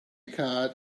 card